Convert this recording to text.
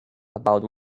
about